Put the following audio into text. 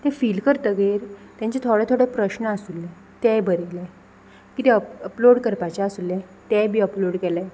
तें फील करतगीर तेंचे थोडे थोडे प्रश्ण आसुल्ले तेय बरयले किदें अप अपलोड करपाचें आसुल्लें तेंय बी अपलोड केलें